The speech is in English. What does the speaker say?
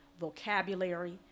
vocabulary